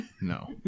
No